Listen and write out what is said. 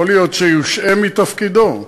יכול להיות שיושעה מתפקידו.